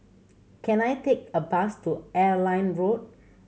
can I take a bus to Airline Road